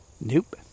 Nope